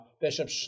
Bishop